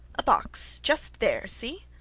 a box. just there, see?